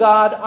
God